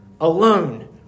alone